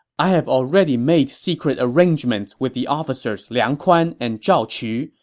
i have already made secret arrangements with the officers liang kuan and zhao qu.